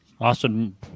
Austin